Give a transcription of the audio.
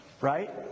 right